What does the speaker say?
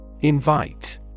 Invite